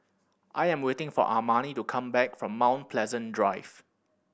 I am waiting for Armani to come back from Mount Pleasant Drive